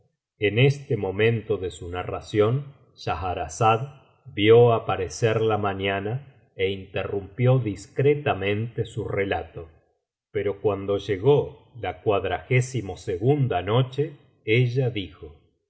en este momento de su narración schahrazada vio clarear el día y se calló discretamente pero cuando llegó la a noche ella dijo